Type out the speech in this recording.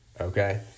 okay